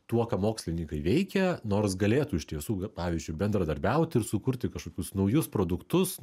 tuo ką mokslininkai veikia nors galėtų iš tiesų pavyzdžiui bendradarbiauti ir sukurti kažkokius naujus produktus